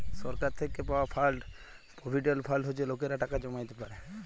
সরকার থ্যাইকে পাউয়া fund provident fund হছে লকেরা টাকা জ্যমাইতে পারে